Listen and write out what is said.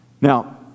Now